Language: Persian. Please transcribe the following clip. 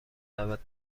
دعوت